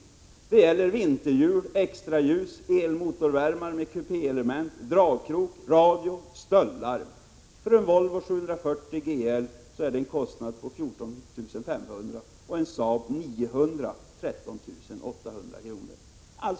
I specifikationen angavs vinterhjul, extraljus, elektrisk motorvärmare med kupéelement, dragkrok, radio och stöldlarm. För en Volvo 740 GL innebär det en kostnad på 14 500 kr. och för en Saab 900 en kostnad på 13 800 kr.